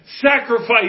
sacrifice